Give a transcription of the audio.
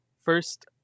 first